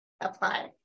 apply